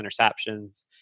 interceptions